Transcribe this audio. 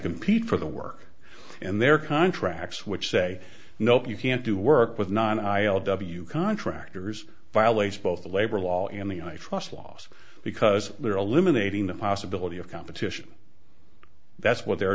compete for the work in their contracts which say nope you can't do work with nine i o w contractors violates both the labor law and the i trust laws because there are a limited ating the possibility of competition that's what they're